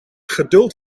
geduld